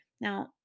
Now